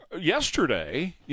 yesterday